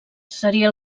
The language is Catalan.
seria